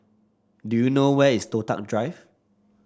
do you know where is Toh Tuck Drive